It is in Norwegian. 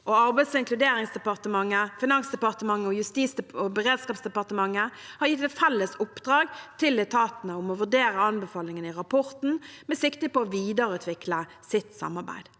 Arbeids- og inkluderingsdepartementet, Finansdepartementet og Justis- og beredskapsdepartementet har gitt et felles oppdrag til etatene om å vurdere anbefalingene i rapporten med sikte på å videreutvikle sitt samarbeid.